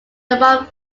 among